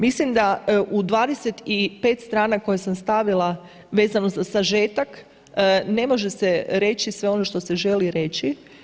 Mislim da u 25 strana koje sam stavila vezano za sažetak ne može se reći sve ono što se želi reći.